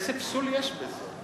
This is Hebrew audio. איזה פסול יש בזה?